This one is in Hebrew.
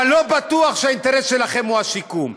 אבל לא בטוח שהאינטרס שלכם הוא השיקום,